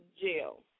jail